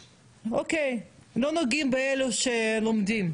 אוקיי, לא נוגעים באלה שלומדים,